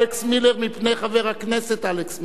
אלכס מילר מפני חבר הכנסת אלכס מילר.